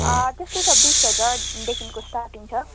त्यस्तै छब्बिस हजारदेखिको स्टार्टिङ छ